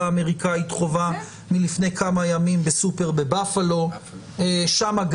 האמריקאית חווה מלפני כמה ימים בסופר בבאפלו שם.